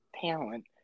talent